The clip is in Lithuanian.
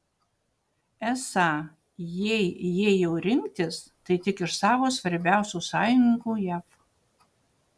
esą jei jei jau rinktis tai tik iš savo svarbiausių sąjungininkų jav